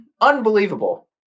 unbelievable